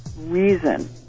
reason